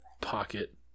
pocket